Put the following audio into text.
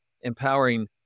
empowering